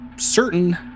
Certain